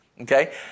okay